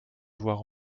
avoir